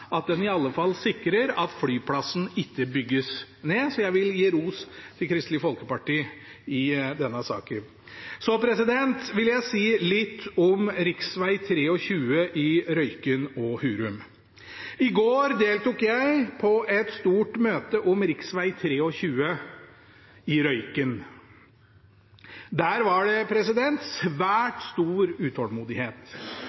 at en i alle fall sikrer at flyplassen ikke bygges ned. Så jeg vil gi ros til Kristelig Folkeparti i denne saken. Så vil jeg si litt om rv. 23 i Røyken og Hurum. I går deltok jeg på et stort møte om rv. 23 i Røyken. Der var det